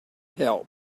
help